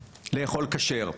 לאכול כשר.